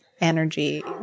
energy